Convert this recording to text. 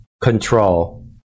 control